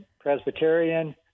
Presbyterian